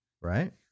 right